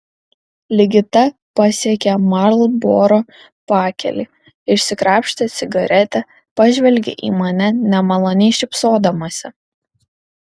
ligita pasiekė marlboro pakelį išsikrapštė cigaretę pažvelgė į mane nemaloniai šypsodamasi